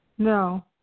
No